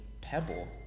pebble